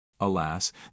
Alas